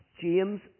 James